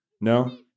No